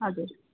हजुर